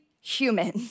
human